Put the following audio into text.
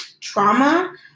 trauma